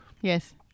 Yes